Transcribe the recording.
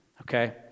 Okay